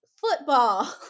football